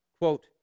quote